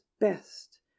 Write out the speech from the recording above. best